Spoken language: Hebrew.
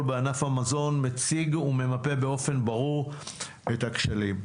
בענף המזון מציג וממפה באופן ברור את הכשלים.